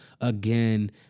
Again